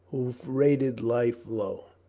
who rated life low.